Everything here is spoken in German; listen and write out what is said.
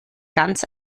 ganz